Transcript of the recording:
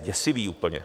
Děsivý úplně.